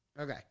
Okay